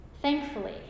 Thankfully